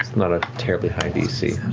not a terribly high dc.